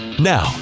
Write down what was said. Now